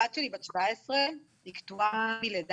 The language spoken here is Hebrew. הבת שלי בת 17, והיא קטועה מלידה.